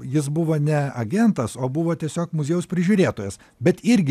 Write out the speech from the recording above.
jis buvo ne agentas o buvo tiesiog muziejaus prižiūrėtojas bet irgi